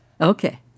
Okay